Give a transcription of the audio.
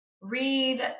read